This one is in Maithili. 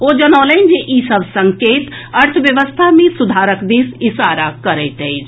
ओ जनौलनि जे ई सभ संकेत अर्थव्यवस्था मे सुधारक दिस इशारा करैत अछि